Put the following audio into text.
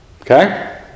Okay